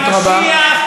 המשיח,